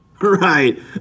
Right